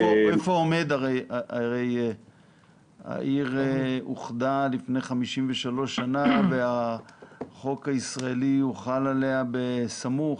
העיר אוחדה לפני 53 שנים והחוק הישראלי הוחל עליה בסמוך.